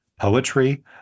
poetry